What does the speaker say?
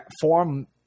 form